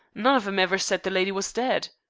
none of em ever said the lydy was dead.